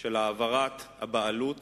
של העברת הבעלות